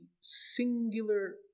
singular